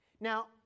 Now